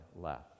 left